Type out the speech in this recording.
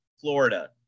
Florida